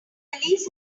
police